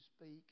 speak